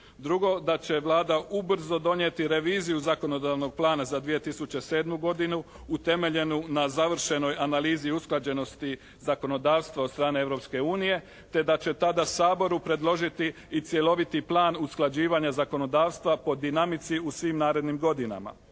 Drugo, da će Vlada ubrzo donijeti reviziju zakonodavnog plana za 2007. godinu utemeljenu na završnoj analizi usklađenosti zakonodavstva od strane Europske unije te da će tada Saboru predložiti i cjeloviti plan usklađivanja zakonodavstva po dinamici u svim narednim godinama.